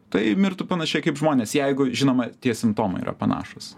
tai mirtų panašiai kaip žmonės jeigu žinoma tie simptomai yra panašūs